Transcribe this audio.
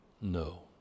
No